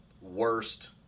worst